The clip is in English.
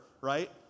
right